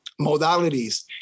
modalities